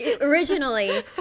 originally